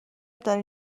داره